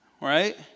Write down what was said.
Right